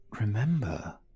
remember